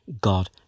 God